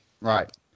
Right